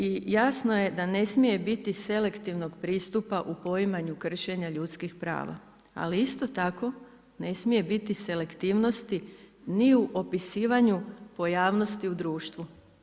I jasno je da ne smije biti selektivnog pristupa u poimanju kršenja ljudskih prava ali isto tako ne smije biti selektivnosti ni u opisivanju pojavnosti društvu.